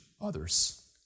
others